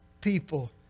people